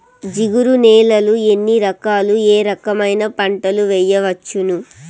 జిగురు నేలలు ఎన్ని రకాలు ఏ రకమైన పంటలు వేయవచ్చును?